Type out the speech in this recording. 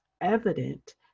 evident